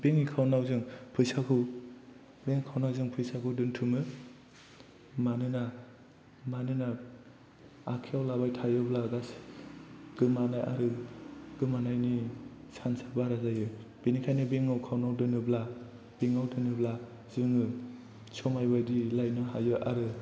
bank account आव जों फैसाखौ दोनथुमो मानोना आखाइयाव लाबाय थायोब्ला गासै गोमानो आरो गोमानायनि सान्स आ बारा जायो बेनिखायनो बेंक एकाउन्ट आव दोनोब्ला बेंक आव दोनोब्ला जोङो समयबादि लायनो हायो आरो